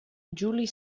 juli